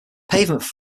pavement